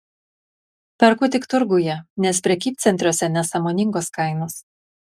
perku tik turguje nes prekybcentriuose nesąmoningos kainos